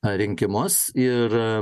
rinkimus ir